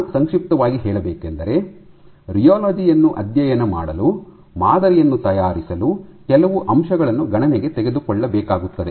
ನಾನು ಸಂಕ್ಷಿಪ್ತವಾಗಿ ಹೇಳಬೇಕೆಂದರೆ ರಿಯೊಲೊಜಿ ಅನ್ನು ಅಧ್ಯಯನ ಮಾಡಲು ಮಾದರಿಯನ್ನು ತಯಾರಿಸಲು ಕೆಲವು ಅಂಶಗಳನ್ನು ಗಣನೆಗೆ ತೆಗೆದುಕೊಳ್ಳಬೇಕಾಗುತ್ತದೆ